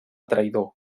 traïdor